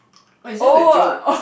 oh it's just a joke